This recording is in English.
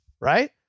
right